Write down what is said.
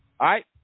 right